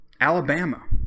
Alabama